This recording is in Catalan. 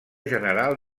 general